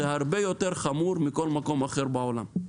הרבה יותר חמור מאשר בכל מקום אחר בעולם.